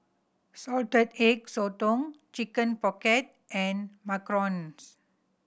Salted Egg Sotong Chicken Pocket and macarons